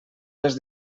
les